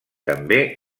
també